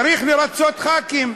צריך לרצות ח"כים.